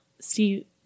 see